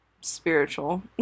spiritual